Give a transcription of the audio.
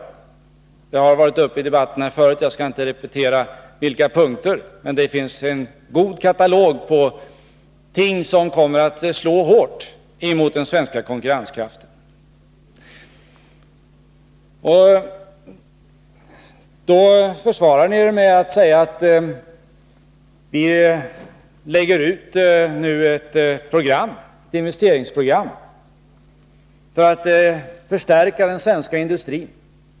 Den frågan har tidigare varit uppe i debatten, och jag skall inte repetera vilka punkter det gäller, men det finns en hel katalog över ting som kommer att slå hårt mot den svenska konkurrenskraften. Ni försvarar er med att säga att ni presenterar ett investeringsprogram för att förstärka den svenska ekonomin.